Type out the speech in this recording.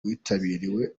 witabiriwe